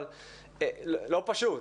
אבל לא פשוט,